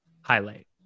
highlight